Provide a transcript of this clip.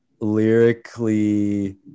lyrically